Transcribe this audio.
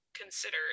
considered